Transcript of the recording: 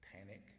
panic